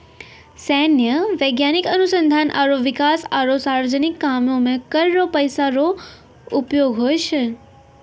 सैन्य, वैज्ञानिक अनुसंधान आरो बिकास आरो सार्वजनिक कामो मे कर रो पैसा रो उपयोग हुवै छै